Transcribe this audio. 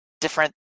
different